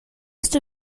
está